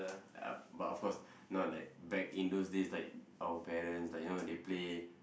uh but of course not like back in those days like our parents like you know they play